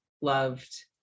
loved